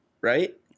right